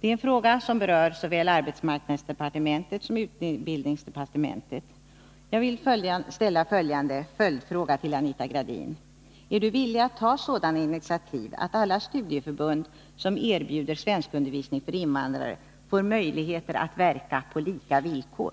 Det är en fråga som berör såväl arbetsmarknadsdepartementet som utbildningsdepartementet. Jag vill till Anita Gradin ställa följdfrågan om hon är villig att ta sådana initiativ att alla studieförbund som erbjuder svenskundervisning för invandrare får möjligheter att verka på lika villkor.